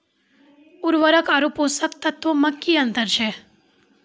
उर्वरक आर पोसक तत्व मे की अन्तर छै?